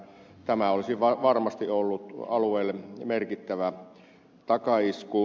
tämä olisi varmasti ollut alueelle merkittävä takaisku